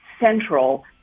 central